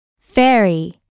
Fairy